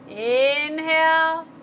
Inhale